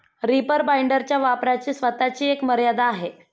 reaper बाइंडरच्या वापराची स्वतःची एक मर्यादा आहे